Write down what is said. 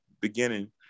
beginning